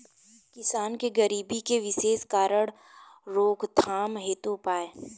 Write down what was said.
किसान के गरीबी के विशेष कारण रोकथाम हेतु उपाय?